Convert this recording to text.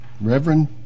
Reverend